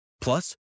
Plus